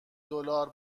دلار